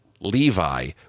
Levi